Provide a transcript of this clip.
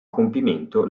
compimento